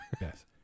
yes